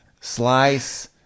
slice